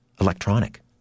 electronic